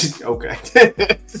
Okay